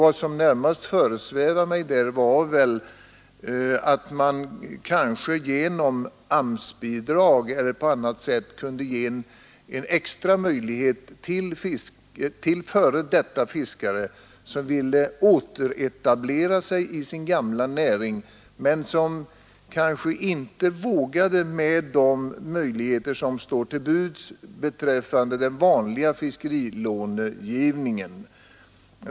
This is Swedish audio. Vad som närmast föresvävade mig var att man kanske genom AMS-bidrag eller på annat sätt kunde ge en extra möjlighet till före detta fiskare, som ville återetablera sig i sin gamla näring men som kanske inte vågade med de möjligheter som står till buds genom den vanliga fiskerilångivningen.